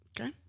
Okay